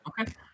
Okay